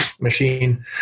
machine